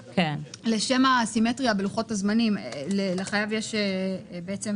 לשם הסימטריה בלוחות הזמנים, לחייב יש 45 ימים.